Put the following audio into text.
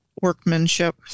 workmanship